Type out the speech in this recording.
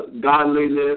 godliness